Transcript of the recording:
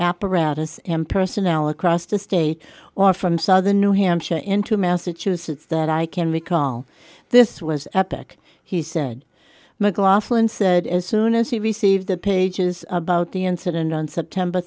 apparatus and personnel across the state or from southern new hampshire into massachusetts that i can recall this was epic he said mclaughlin said as soon as he received the pages about the incident on september